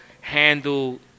handle